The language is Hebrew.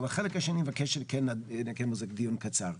אבל על החלק השני אני מבקש שכן נקיים על זה דיון קצר.